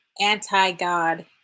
Anti-God